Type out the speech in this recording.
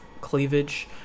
cleavage